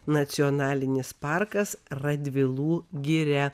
nacionalinis parkas radvilų giria